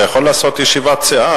אתה יכול לעשות ישיבת סיעה,